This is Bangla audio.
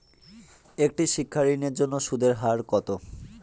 একটি শিক্ষা ঋণের জন্য সুদের হার কত?